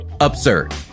absurd